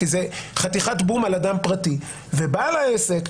כי זה חתיכת בום על אדם פרטי; ובעל העסק,